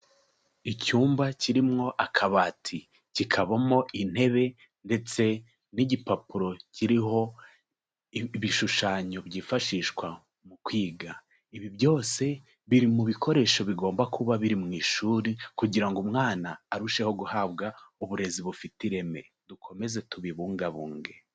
Icyumba kirimwo akabati, kikabamo intebe ndetse n'igipapuro kiriho ibishushanyo byifashishwa mu kwiga. Ibi byose biri mu bikoresho bigomba kuba biri mu ishuri kugira ngo umwana arusheho guhabwa uburezi bufite ireme. Dukomeze tubibungabunge.